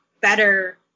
better